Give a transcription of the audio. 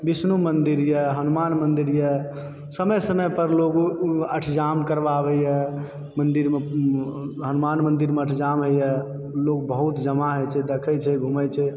बिष्णु मन्दिर यऽ हनुमान मन्दिर यऽ समय समय पर लोग अठजाम करबाबै यऽ मन्दिरमऽ हनुमान मन्दिरमऽ अठजाम होइ यऽ लोग बहुत जमा होय छै देखैत छै घुमैत छै